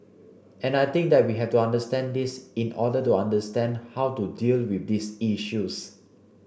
and I think that we have to understand this in order to understand how to deal with these issues